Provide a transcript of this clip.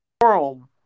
forum